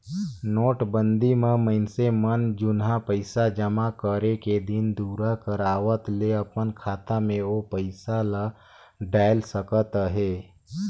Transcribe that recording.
नोटबंदी म मइनसे मन जुनहा पइसा जमा करे के दिन दुरा कर आवत ले अपन खाता में ओ पइसा ल डाएल सकत अहे